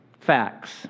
Facts